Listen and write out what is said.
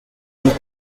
inc